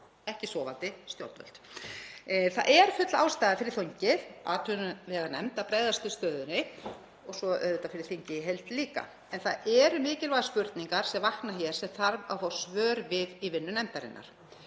ekki sofandi stjórnvalda. Það er full ástæða fyrir þingið, atvinnuveganefnd, að bregðast við stöðunni og svo auðvitað fyrir þingið í heild líka. En það eru mikilvægar spurningar sem vakna hér sem þarf að fá svör við í vinnu nefndarinnar.